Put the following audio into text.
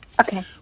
Okay